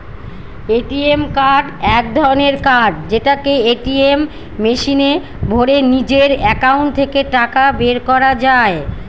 ATM card এক ধরনের card যেটাকে এটিএম মেশিনে ভোরে নিজের একাউন্ট থেকে টাকা বের করা যায়